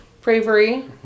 bravery